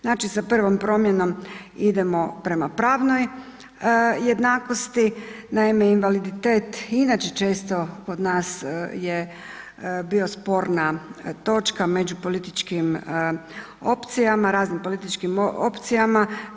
Znači sa prvom promjenom idemo prema pravnoj jednakosti, naime, invaliditet i inače često kod nas je bio sporna točka među političkim opcijama, raznim političkim opcijama.